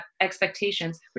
expectations